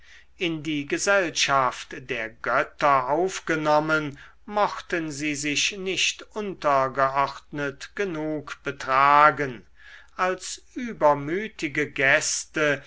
in die gesellschaft der götter aufgenommen mochten sie sich nicht untergeordnet genug betragen als übermütige gäste